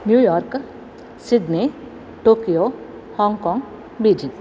New York Sydney Tokyo Hong Kong Beijing